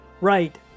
right